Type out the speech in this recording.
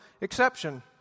exception